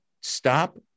stop